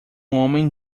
homem